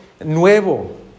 nuevo